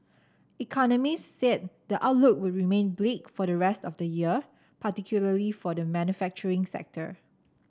economists said the outlook would remain bleak for the rest of this year particularly for the manufacturing sector